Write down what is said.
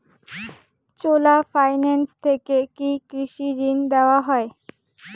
চোলা finance থেকে কি কৃষি ঋণ দেওয়া হয়?